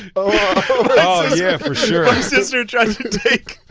oh yeah, for sure. my sister tried to take,